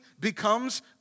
becomes